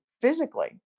physically